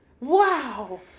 wow